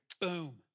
Boom